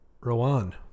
Rowan